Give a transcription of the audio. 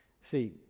See